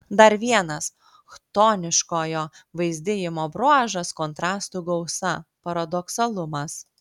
dar vienas chtoniškojo vaizdijimo bruožas kontrastų gausa paradoksalumas